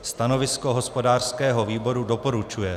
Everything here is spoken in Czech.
Stanovisko hospodářského výboru doporučuje.